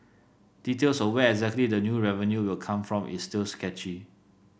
details of where exactly the new revenue will come from is still sketchy